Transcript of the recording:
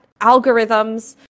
algorithms